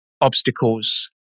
obstacles